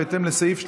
בהתאם לסעיף 31(ד)